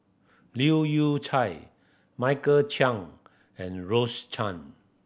Leu Yew Chye Michael Chiang and Rose Chan